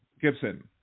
Gibson